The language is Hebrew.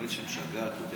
שתמיד משגעת אותי,